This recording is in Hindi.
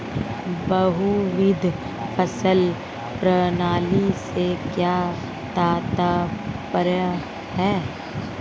बहुविध फसल प्रणाली से क्या तात्पर्य है?